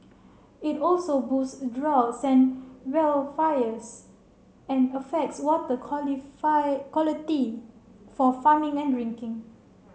it also boosts droughts and wildfires and affects water quality for farming and drinking